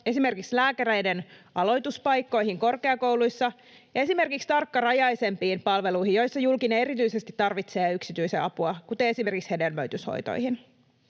esimerkiksi lääkäreiden aloituspaikkoihin korkeakouluissa, esimerkiksi tarkkarajaisempiin palveluihin, joissa julkinen erityisesti tarvitsee yksityisen apua, kuten esimerkiksi hedelmöityshoitoihin.